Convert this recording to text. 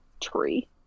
tree